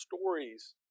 stories